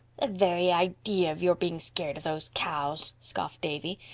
the very idea of your being scared of those cows, scoffed davy.